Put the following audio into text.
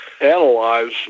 analyze